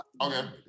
Okay